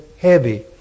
heavy